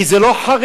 כי זה לא חרדים.